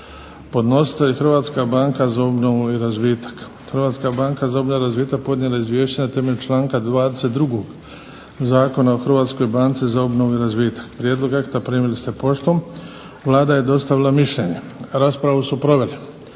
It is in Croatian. Podnositelj je Hrvatska banka za obnovu i razvitak. Hrvatska banka za obnovu i razvitak podnijela je izvješće na temelju članka 22. Zakona o Hrvatskoj banci za obnovu i razvitak. Prijedlog akta primili ste poštom. Vlada je dostavila mišljenje. Raspravu su proveli